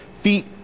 feet